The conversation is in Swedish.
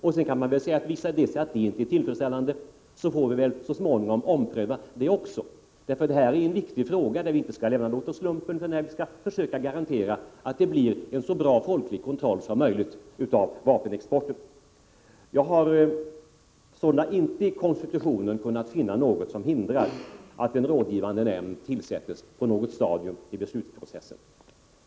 Om den inte visar sig tillfredsställande får vi väl så småningom ompröva den också. Detta är nämligen en viktig fråga där vi inte skall lämna något åt slumpen, utan vi skall försöka garantera att det blir en så bra folklig kontroll som möjligt av vapenexporten. Jag har i konstitutionen sålunda inte kunnat finna något som hindrar att en rådgivande nämnd tillsätts på något stadium i beslutsprocessen.